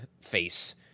face